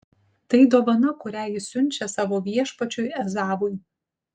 tai dovana kurią jis siunčia savo viešpačiui ezavui